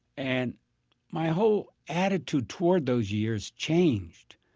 and my whole attitude toward those years changed,